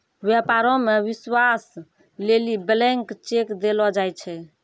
व्यापारो मे विश्वास लेली ब्लैंक चेक देलो जाय छै